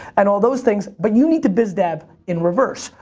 and all those things. but you need to biz dev in reverse.